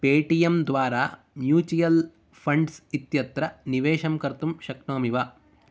पेटियं द्वारा mutual funds इत्यत्र निवेशं कर्तुं शक्नोमि वा